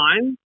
time